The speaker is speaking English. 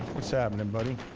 what's happening buddy?